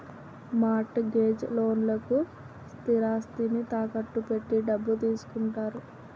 mart gauge లోన్లకు స్థిరాస్తిని తాకట్టు పెట్టి డబ్బు తీసుకుంటారు